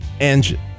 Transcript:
engine